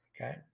Okay